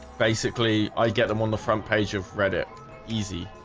basically i get them on the front page of reddit easy